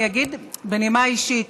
אני אגיד בנימה אישית.